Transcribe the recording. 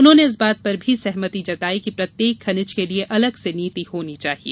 उन्होंने इस बात पर भी सहमति जताई की प्रत्येक खनिज के लिये अलग से नीति होना चाहिये